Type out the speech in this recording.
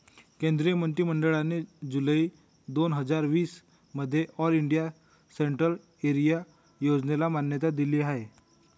केंद्रीय मंत्रि मंडळाने जुलै दोन हजार वीस मध्ये ऑल इंडिया सेंट्रल एरिया योजनेला मान्यता दिली आहे